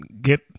get